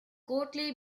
courtly